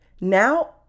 now